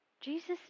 Jesus